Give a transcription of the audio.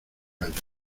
gallos